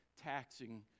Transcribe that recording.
taxing